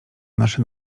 nasze